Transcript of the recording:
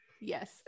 Yes